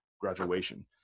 graduation